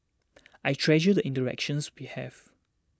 I treasure the interactions we have